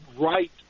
right